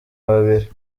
babiri